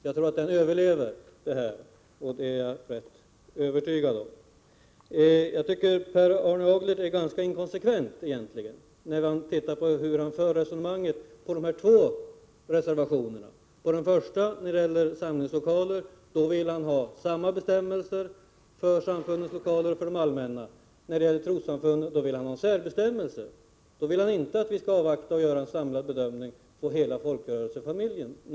Jag är rätt övertygad om att den överlever detta. Jag tycker att Per Arne Aglert är ganska inkonsekvent i sitt resonemang beträffande de två reservationerna. Vad beträffar den första, som avser samlingslokaler, vill han ha samma bestämmelser för samfundens lokaler som för de allmänna. När det gäller trossamfunden vill han ha särbestämmelser. Han vill inte avvakta en samlad bedömning av de statliga bidragen till hela folkrörelsefamiljen.